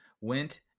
went